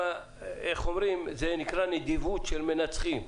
זה נקרא "נדיבות של מנצחים",